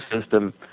system